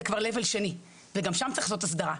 זה כבר השלב השני וגם שם צריך לעשות הסדרה.